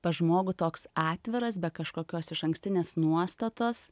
pas žmogų toks atviras be kažkokios išankstinės nuostatos